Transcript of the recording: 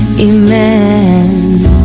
Amen